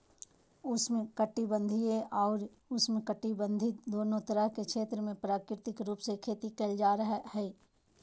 उष्ण कटिबंधीय अउर उपोष्णकटिबंध दोनो तरह के क्षेत्र मे प्राकृतिक रूप से खेती करल जा हई